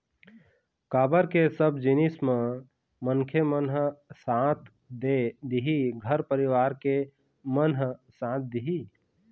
काबर के सब जिनिस म मनखे मन ह साथ दे दिही घर परिवार के मन ह साथ दिही